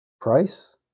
price